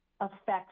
affects